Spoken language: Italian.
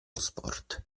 sport